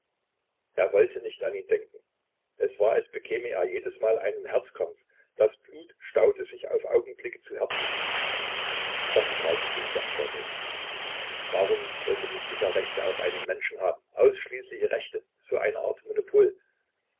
er wollte nicht an ihn denken es war als bekäme er jedesmal einen herzkrampf das blut staute sich auf augenblicke zu herzen das tat unsagbar weh warum sollte mikita rechte auf einen menschen haben ausschließliche rechte so eine art monopol